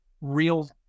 real